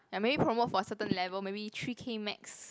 like maybe promote for certain level maybe three K max